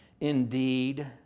Indeed